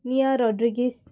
Nia Rodrigues